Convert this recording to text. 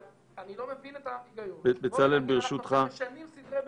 אבל אני לא מבין את ההיגיון שמשנים סדרי בראשית.